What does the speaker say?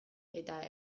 eta